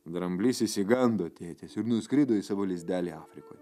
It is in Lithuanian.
dramblys išsigando tėtės ir nuskrido į savo lizdelį afrikoj